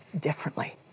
differently